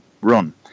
run